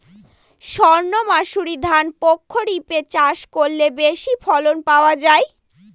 সর্ণমাসুরি ধান প্রক্ষরিপে চাষ করলে বেশি ফলন পাওয়া যায়?